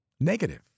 Negative